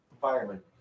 fireman